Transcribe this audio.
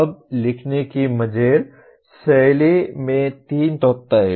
अब लिखने की मजेर शैली में 3 तत्व हैं